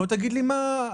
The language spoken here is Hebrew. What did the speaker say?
בוא תגיד לי מה,